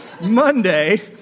Monday